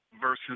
versus